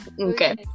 Okay